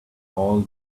all